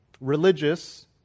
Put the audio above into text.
Religious